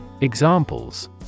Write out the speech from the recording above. Examples